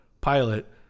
pilot